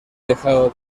dejado